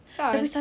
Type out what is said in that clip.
SARS